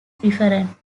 different